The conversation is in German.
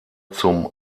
zum